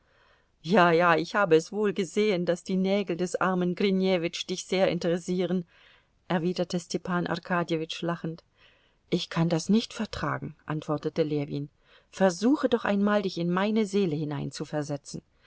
ja ja ich habe es wohl gesehen daß die nägel des armen grinjewitsch dich sehr interessieren erwiderte stepan arkadjewitsch lachend ich kann das nicht vertragen antwortete ljewin versuche doch einmal dich in meine seele hineinzuversetzen